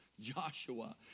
Joshua